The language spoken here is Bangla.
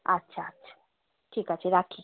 আচ্ছা আচ্ছা ঠিক আছে রাখি